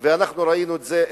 ואנחנו ראינו את זה,